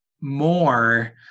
more